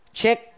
check